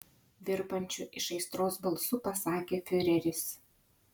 virpančiu iš aistros balsu pasakė fiureris